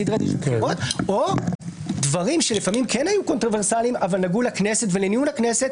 או דברים שלפעמים היו כן קונטרוברסליים אבל נגעו לכנסת ולניהול הכנסת.